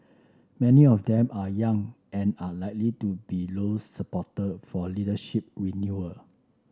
many of them are young and are likely to be Low's supporter for leadership renewal